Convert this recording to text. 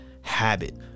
habit